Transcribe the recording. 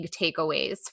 takeaways